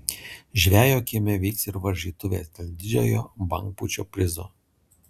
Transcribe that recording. žvejo kieme vyks ir varžytuvės dėl didžiojo bangpūčio prizo